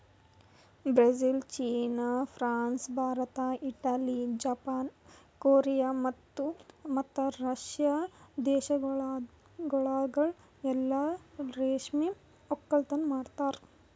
Brazil, ಚೀನಾ, France, Bharat, Italy, Japan, Korea ಮತ್ತ Russia ದೇಶಗೊಳ್ದಾಗ್ ಎಲ್ಲಾ ರೇಷ್ಮೆ ಒಕ್ಕಲತನ ಮಾಡ್ತಾರ